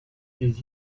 des